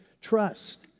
Trust